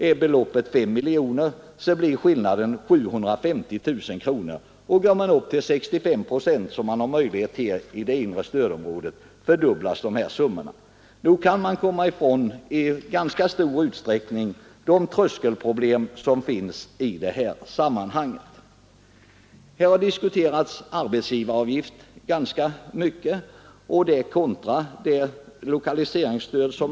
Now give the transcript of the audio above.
Är summan 5 miljoner, blir skillnaden 750 000 kronor. Om man går upp till 65 procent, som man har möjligheter till i det inre stödområdet, fördubblas dessa summor. Nog kan man i ganska stor utsträckning komma ifrån de tröskelproblem som finns. Här har diskuterats arbetsgivaravgift kontra lokaliseringsstöd.